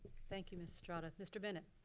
thank you, ms. estrada, mr. bennett.